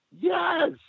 Yes